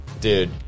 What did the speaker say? Dude